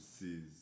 sees